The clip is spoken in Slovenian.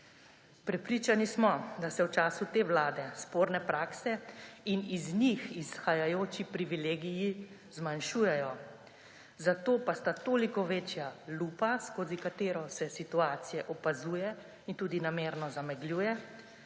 Prepričani smo, da se v času te vlade sporne prakse in iz njih izhajajoči privilegiji zmanjšujejo, zato pa sta toliko večja lupa, skozi katero se situacije opazuje in tudi namerno zamegljuje,